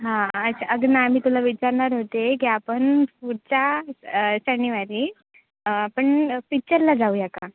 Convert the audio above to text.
हां अच्छा अगं ना मी तुला विचारणार होते की आपण पुढच्या शनिवारी आपण पिच्चरला जाऊया का